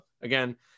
again